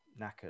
knackered